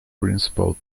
principal